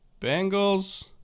Bengals